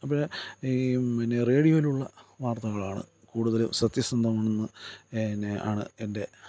അപ്പം ഈ പിന്നെ റേഡിയോയിലുള്ള വാർത്തകളാണ് കൂടുതൽ സത്യസന്ധമാണെന്ന് പിന്നെ ആണ് എൻ്റെ